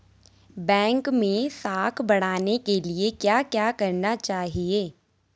Bank मैं साख बढ़ाने के लिए क्या क्या करना चाहिए?